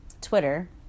twitter